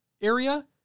area